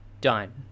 done